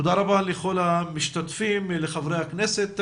תודה רבה לכל המשתתפים, לחברי הכנסת היוזמים,